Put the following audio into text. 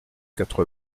quatre